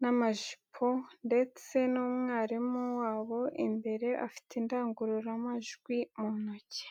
n'amajipo ndetse n'umwarimu wabo imbere afite indangururamajwi mu ntoki.